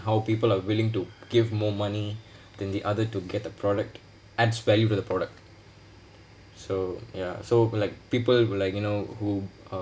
how people are willing to give more money than the other to get the product adds value to the product so ya so like people will like you know who uh